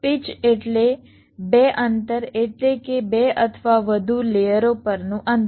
pitch એટલે બે અંતર એટલે કે બે અથવા વધુ લેયરો પરનું અંતર